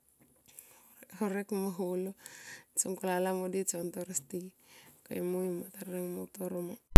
Tsong kolala modi tson tor ti koyu mui tarireng mo utor ma.